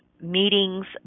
meetings